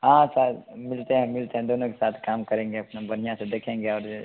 हाँ सर मिलते हैं मिलते हैं दोनों एक साथ काम करेंगे अपना बढ़िया से देखेंगे और